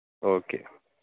okay